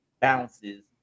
bounces